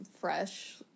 Fresh